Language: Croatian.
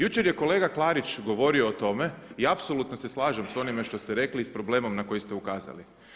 Jučer je kolega Klarić govorio o tome i apsolutno se slažem s onime što ste rekli i s problemom na koji ste ukazali.